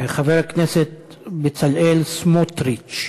חבר הכנסת בצלאל סמוטריץ,